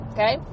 Okay